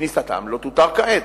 שכניסתם לא תותר כעת,